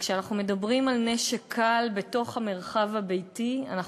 וכשאנחנו מדברים על נשק קל בתוך המרחב הביתי אנחנו